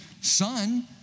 son